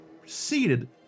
proceeded